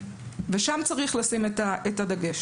ושם צריך לשים את הדגש.